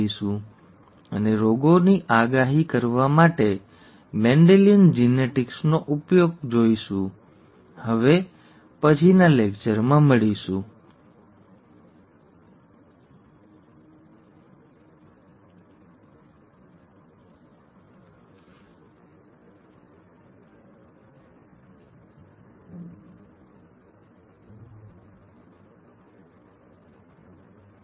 Glossary શબ્દકોષ Mendelian Mendelian Mendelian glutamic acid glutamic acid glutamic acid valine valine valine enzyme enzyme enzyme cystic fibrosis cystic fibrosis cystic fibrosis Achondroplasia achondroplasia achondroplasia Mendelian Genetics Mendelian genetics Mendelian genetics molecular molecular molecular capital capital capital pod pod pod phenotype phenotypes phenotypes alleles alleles alleles gametes gametes gametes